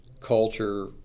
culture